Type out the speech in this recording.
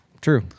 True